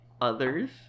others